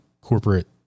corporate